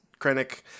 Krennic